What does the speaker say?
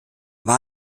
war